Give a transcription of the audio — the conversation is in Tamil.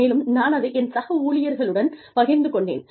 மேலும் நான் அதை என் சக ஊழியர்களுடன் பகிர்ந்து கொண்டேன்